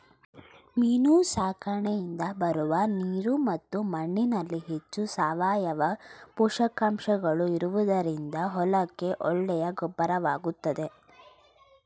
ಮೀನು ಸಾಕಣೆಯಿಂದ ಬರುವ ನೀರು ಮತ್ತು ಮಣ್ಣಿನಲ್ಲಿ ಹೆಚ್ಚು ಸಾವಯವ ಪೋಷಕಾಂಶಗಳು ಇರುವುದರಿಂದ ಹೊಲಕ್ಕೆ ಒಳ್ಳೆಯ ಗೊಬ್ಬರವಾಗುತ್ತದೆ